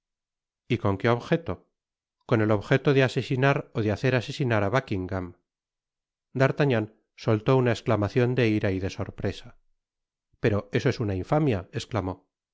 y con qué objeto con el objeto de asesinar ó de hacer asesinar á buckingam d'artagnan soltó una esclamacion de ira y de sorpresa pero eso es una infamia esclamó